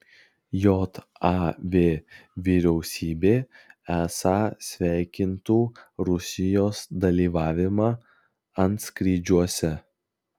jav vyriausybė esą sveikintų rusijos dalyvavimą antskrydžiuose